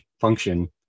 function